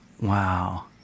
Wow